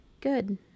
good